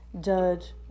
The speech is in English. judge